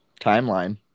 timeline